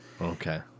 Okay